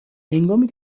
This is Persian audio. هنگامی